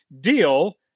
Deal